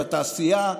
בתעשייה,